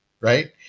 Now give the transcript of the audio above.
Right